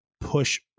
push